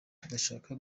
ndashaka